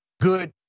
good